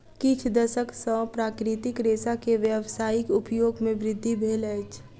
किछ दशक सॅ प्राकृतिक रेशा के व्यावसायिक उपयोग मे वृद्धि भेल अछि